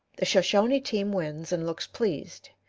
the shoshone team wins and looks pleased.